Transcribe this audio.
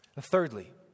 thirdly